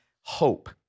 hope